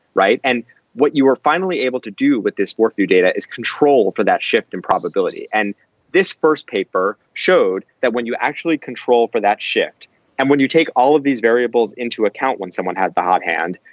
right. and what you were finally able to do with this walkthrough data is control for that shift in and probability. and this first paper showed that when you actually control for that shift and when you take all of these variables into account, when someone had backhand,